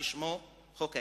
ששמה חוק ההסדרים.